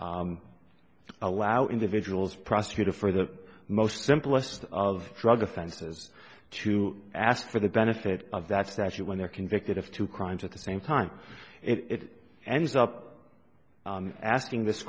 allow individuals prosecuted for the most simplest of drug offenses to ask for the benefit of that stature when they're convicted of two crimes at the same time it ends up asking this